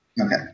Okay